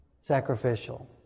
Sacrificial